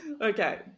okay